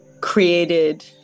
created